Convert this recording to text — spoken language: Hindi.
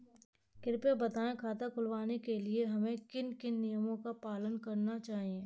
कृपया बताएँ खाता खुलवाने के लिए हमें किन किन नियमों का पालन करना चाहिए?